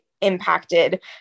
impacted